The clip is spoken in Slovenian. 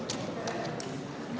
hvala.